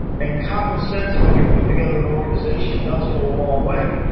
and commonsense when you're putting together an organization does go a long way,